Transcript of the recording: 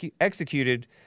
executed